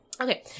Okay